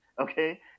okay